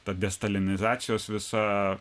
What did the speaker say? ta destalinizacijos visa